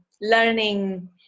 learning